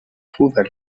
trouvent